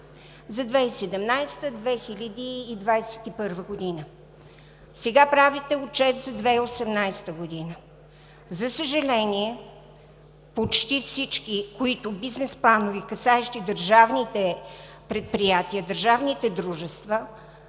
за 2017 – 2021 г. Сега правите отчет за 2018 г. За съжаление, почти всички бизнес планове, касаещи държавните предприятия, държавните дружества,